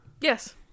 Yes